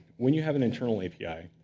when you have an internal api,